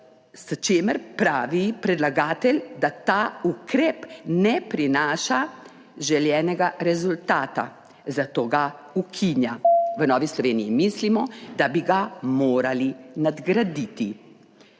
s čimer, pravi predlagatelj, ta ukrep ne prinaša želenega rezultata, zato ga ukinja. V Novi Sloveniji mislimo, da bi ga morali nadgraditi.